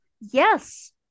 yes